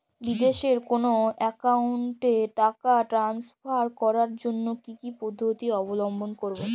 বিদেশের কোনো অ্যাকাউন্টে টাকা ট্রান্সফার করার জন্য কী কী পদ্ধতি অবলম্বন করব?